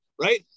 right